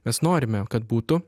mes norime kad būtų